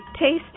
tasty